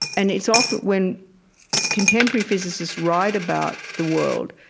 and it's often when contemporary physicists write about the world,